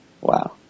Wow